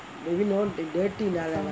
maybe known to dirty lah that [one]